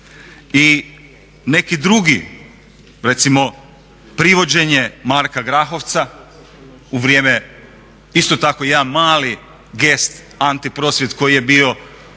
i neki drugi recimo privođenje Marka Grahovca u vrijeme, isto tako jedan mali gest anti prosvjed koji je bio,